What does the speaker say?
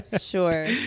Sure